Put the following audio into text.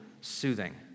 soothing